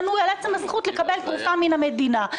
מנוי על הזכות לקבל תרופה מהמדינה.